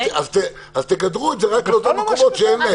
אז תגדרו את זה רק לאותם מקומות שאין להם.